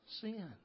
sin